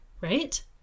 right